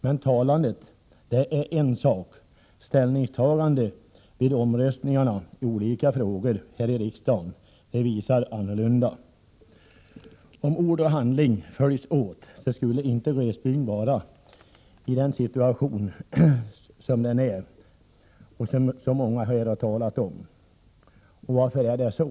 Men talandet är en sak — ställningstaganden vid omröstningarna i olika frågor här i riksdagen är en annan. Om ord och handling följdes åt skulle glesbygden inte vara i den situation som den nu är och som så många här har talat om. Varför är det så?